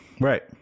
Right